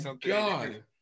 god